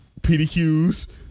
PDQs